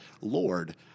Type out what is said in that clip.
Lord